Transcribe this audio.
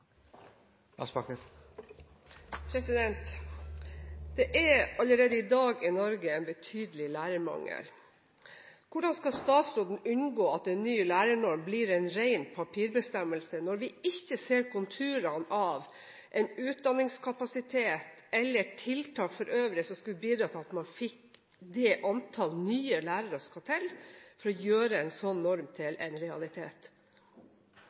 replikkordskifte. Det er allerede i dag i Norge en betydelig lærermangel. Hvordan skal statsråden unngå at den nye lærernormen blir en ren papirbestemmelse, når vi ikke ser konturene av en utdanningskapasitet eller tiltak for øvrig som skulle bidra til at man fikk det antall nye lærere som skal til for å gjøre en slik norm til en realitet?